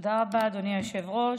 תודה רבה, אדוני היושב-ראש.